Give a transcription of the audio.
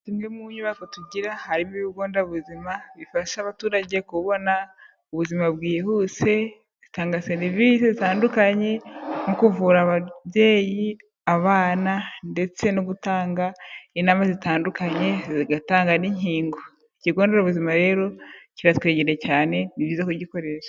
Zimwe mu nyubako tugira harimo ibigo nderabuzima, bifasha abaturage kubona ubuzima bwihuse, zitanga serivisi zitandukanye, mu kuvura ababyeyi, abana ndetse no gutanga inama zitandukanye, zigatanga n'inkingo, ikigo nderabuzima rero kiratwegereye cyane, ni byiza kugikoresha.